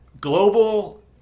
global